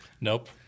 Nope